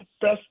best